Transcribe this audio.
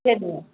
சரிங்க